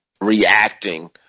reacting